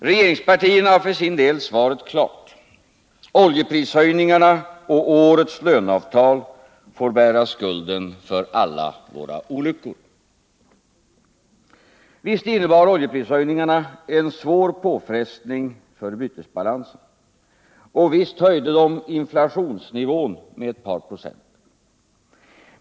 Regeringspartierna har för sin del svaret klart. Oljeprishöjningarna och årets löneavtal får bära skulden för alla våra olyckor. Visst innebar oljeprishöjningarna en svår påfrestning för bytesbalansen. Och visst höjde de inflationsnivån med ett par procent.